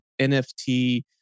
NFT